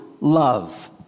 love